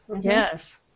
Yes